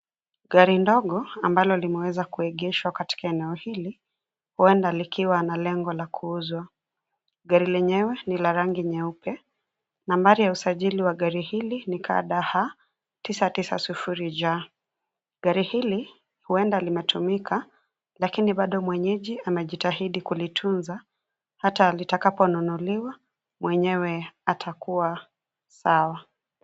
Gari ndogo ambalo limeweza kuegeshwa katika eneo hili, huenda likiwa na lengo la kuuzwa. Gari lenyewe ni la rangi nyeupe. Nambari la usajili wa gari hili ni KDH 990Y. Gari hili huenda limetumika lakini bado mwenyeji anajitahidi kulitunza, hata litakaponunuliwa mwenyewe atakuwa sawa.